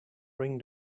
ring